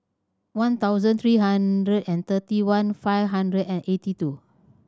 one thousand three hundred and thirty one five hundred and eighty two